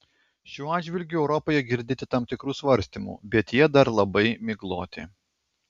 šiuo atžvilgiu europoje girdėti tam tikrų svarstymų bet jie dar labai migloti